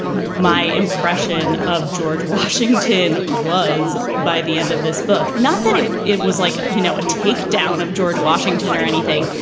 my impression of george washington was by the end of this book. not that it it was like, you know, a take down of george washington or anything,